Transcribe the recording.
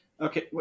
Okay